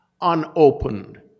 unopened